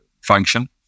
function